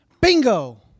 Bingo